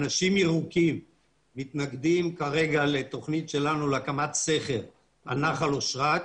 אנשים ירוקים כרגע מתנגדים לתוכנית שלנו להקמת סכר על נחל אשרת.